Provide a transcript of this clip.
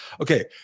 okay